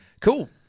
Cool